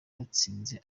batsinze